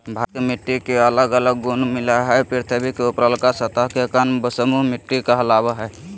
भारत के मिट्टी के अलग अलग गुण मिलअ हई, पृथ्वी के ऊपरलका सतह के कण समूह मिट्टी कहलावअ हई